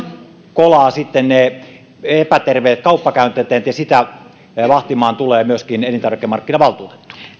kolaa pois ne epäterveet kauppakäytänteet ja sitä vahtimaan tulee myöskin elintarvikemarkkinavaltuutettu